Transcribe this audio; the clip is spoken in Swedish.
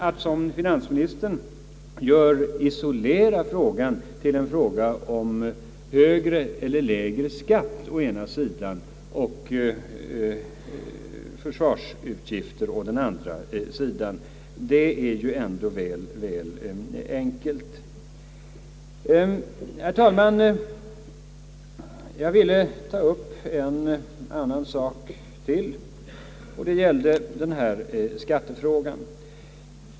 Att såsom finansministern gör isolera frågan till ett problem om högre eller lägre skatt å ena sidan och försvarsutgifterna å den andra sidan är dock väl enkelt. Herr talman! Jag vill ta upp en sak till, nämligen skattefrågan.